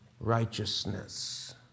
righteousness